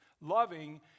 Loving